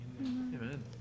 Amen